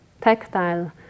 tactile